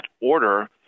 order